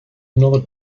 another